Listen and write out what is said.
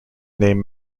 name